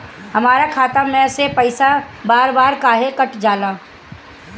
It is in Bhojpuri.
हमरा खाता में से पइसा बार बार काहे कट जाला?